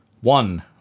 One